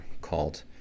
called